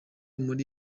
muri